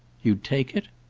you'd take it?